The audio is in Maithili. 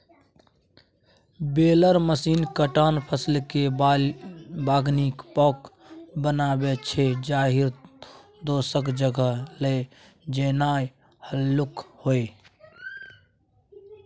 बेलर मशीन कटल फसलकेँ बान्हिकेँ पॉज बनाबै छै जाहिसँ दोसर जगह लए जेनाइ हल्लुक होइ